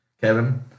Kevin